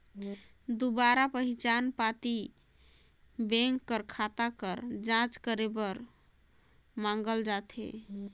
दुबारा पहिचान पाती बेंक कर खाता कर जांच करे बर मांगल जाथे